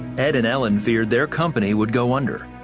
ed and ellen feared their company would go under.